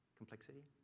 complexity